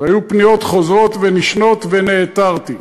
והיו פניות חוזרות ונשנות ונעתרתי,